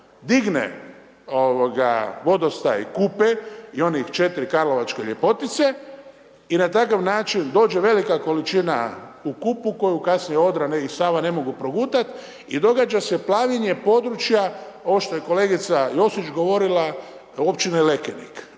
digne vodostaj Kupe i one 4 karlovačke ljepotice i na takav način dođe velika količina u Kupu koju kasnije Odra i Sava ne mogu progutati i događa se plavljenje područja, ovo što je kolegica Josić govorila općine Lekenik.